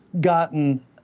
gotten